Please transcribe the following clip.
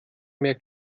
mehr